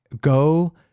go